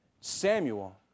Samuel